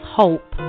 hope